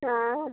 हाँ